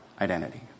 identity